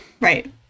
Right